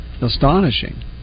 astonishing